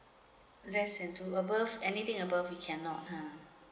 less than two above anything above we cannot ha